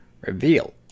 Reveal